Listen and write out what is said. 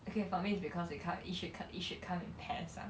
okay for me it's because it co~ it should come it should come in pairs ah